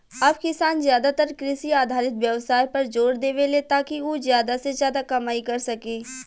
अब किसान ज्यादातर कृषि आधारित व्यवसाय पर जोर देवेले, ताकि उ ज्यादा से ज्यादा कमाई कर सके